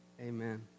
Amen